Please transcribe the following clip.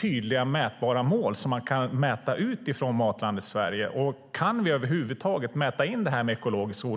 tydliga, mätbara mål, som man kan mäta ut från Matlandet Sverige? Kan vi över huvud taget mäta in detta med ekologisk odling?